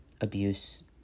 abuse